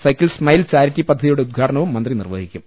cycle smile charity പദ്ധതിയുടെ ഉദ്ഘാടനവും മന്ത്രി നിർവഹിക്കും